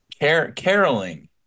caroling